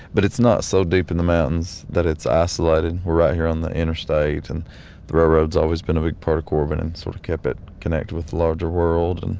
but it's not so deep in the mountains that it's isolated. we're right here on the interstate, and the railroad's always been a big part of corbin and sort of kept it connected with the larger world. and